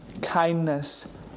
kindness